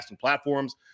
platforms